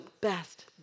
best